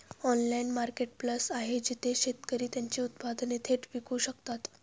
Online marketplace आहे जिथे शेतकरी त्यांची उत्पादने थेट विकू शकतात?